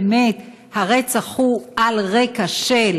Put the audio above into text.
שאם באמת הרצח הוא על רקע של,